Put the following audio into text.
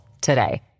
today